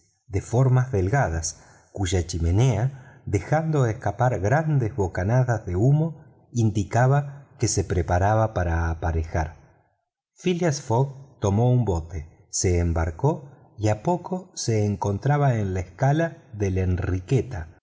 de formas delgadas cuya chimenea dejando escapar grandes bocanadas de humo indicaba que se preparaba para aparejar phileas fogg tomó un bote se embarcó y a poco se encontraba en la escala de la enriqueta